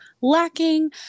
lacking